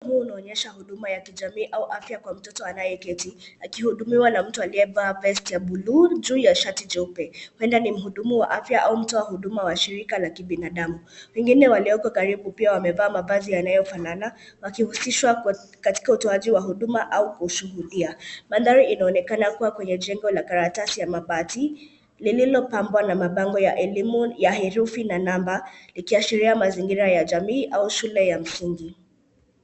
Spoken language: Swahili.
Hii inaonyesha huduma ya kijamii au afya ya mtoto anaye keti akihudimiwa na mtu aliye vaa vesti ya buluu juu ya shati jeupe. Huenda ni muhudumu wa afya au mtu wa huduma wa shirika la kibinadamu. Wengine walioko karibu wamevaa mavazi yanayo fanana wakihusishwa katika utoaji wa huduma au kushuhudia. Mandhari inaonekana kuwa kwenye jengo la karatasi ya mabati lililo pambwa na mabango ya herufi na namba likiashiria mazingira ya jamii au shule ya msingi.